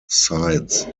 sides